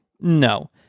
no